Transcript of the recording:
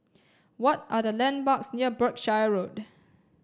what are the landmarks near Berkshire Road